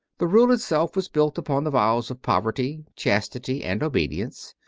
the rule it self was built upon the vows of poverty, chastity, and obedience,